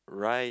right